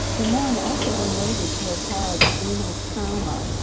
the men also were noted to have had anal trauma,